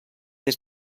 des